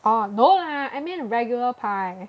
orh no lah I mean regular pie